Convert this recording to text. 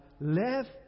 left